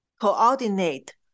coordinate